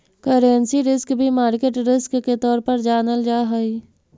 currency risk भी market risk के तौर पर जानल जा हई